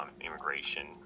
immigration